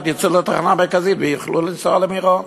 הם יצאו לתחנה המרכזית ויוכלו לנסוע למירון.